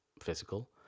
physical